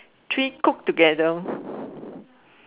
three cook together